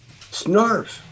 Snarf